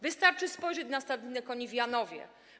Wystarczy spojrzeć na stadninę koni w Janowie.